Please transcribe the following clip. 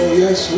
yes